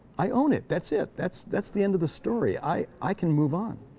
i own it. that's it. that's that's the end of the story. i i can move on.